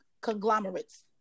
conglomerates